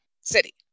city